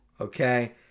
okay